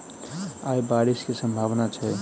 आय बारिश केँ सम्भावना छै?